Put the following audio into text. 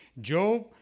Job